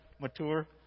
mature